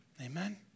Amen